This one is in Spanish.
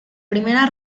primera